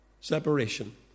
separation